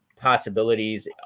possibilities